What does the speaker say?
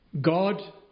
God